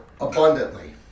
abundantly